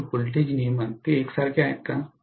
uमध्ये voltage नियमन ते एकसारखे आहेत का